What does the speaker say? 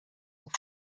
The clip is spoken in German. auf